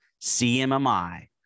CMMI